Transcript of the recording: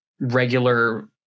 regular